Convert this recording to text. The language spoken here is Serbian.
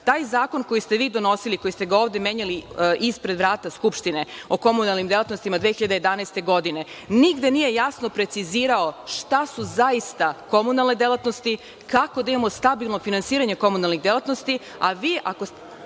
Taj zakon koji ste vi donosili, koji ste menjali ovde ispred vrata Skupštine, o komunalnim delatnostima 2011. godine, nigde nije jasno precizirao šta su zaista komunalne delatnosti, kako da imamo stabilno finansiranje komunalnih delatnosti. Pošto